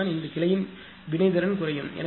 அதனால் இந்த கிளையின் வினைத்திறன் குறையும்